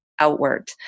Outward